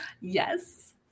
yes